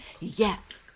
Yes